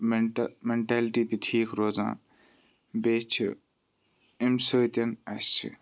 مٮ۪نٹہٕ mentality تہِ ٹھیٖک روزان بیٚیہِ چھِ اَمہِ سۭتۍ اَسہِ